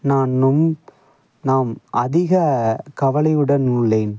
நான் நொம் நாம் அதிக கவலையுடன் உள்ளேன்